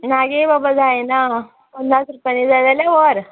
ना गे बाबा जायना पन्नास रूपया जाय जाल्यार व्हर